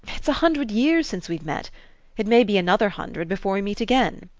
it's a hundred years since we've met it may be another hundred before we meet again.